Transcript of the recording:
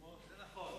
זה נכון,